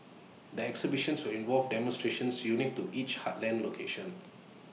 the exhibitions will involve demonstrations unique to each heartland location